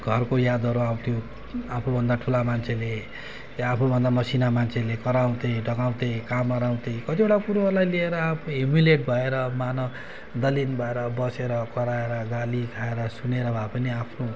घरको यादहरू आउँथ्यो आफूभन्दा ठुला मान्छेले आफूभन्दा मसिना मान्छेले कराउँथे डकाउँथे काम अह्राउँथे कतिवटा कुरोहरूलाई लिएर आफू ह्युमिलियट भएर मान दलिन भएर बसेर कराएर गाली खाएर सुनेर भए पनि आफ्नो